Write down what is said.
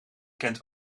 kent